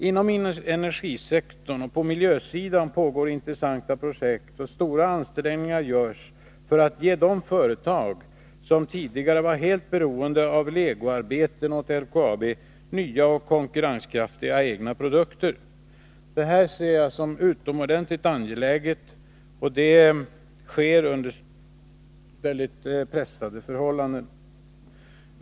Inom energisektorn och på miljösidan pågår intressanta projekt, och stora ansträngningar görs för att ge de företag som tidigare var helt beroende av legoarbeten åt LKAB nya och konkurrenskraftiga egna produkter. Detta ser jag som utomordentligt angeläget, eftersom detta arbete sker under mycket pressade förhållanden.